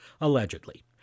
Allegedly